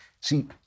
See